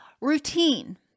Routine